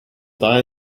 die